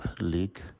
League